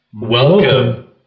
Welcome